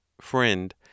Friend